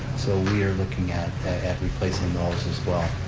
so we are looking at replacing those, as well.